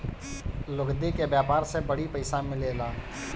लुगदी के व्यापार से बड़ी पइसा मिलेला